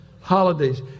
holidays